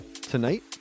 tonight